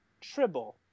Tribble